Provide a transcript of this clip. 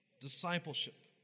discipleship